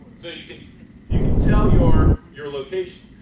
so you can tell your your location,